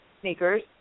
sneakers